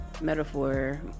metaphor